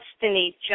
destiny